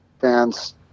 fans